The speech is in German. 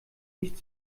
nicht